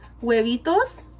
huevitos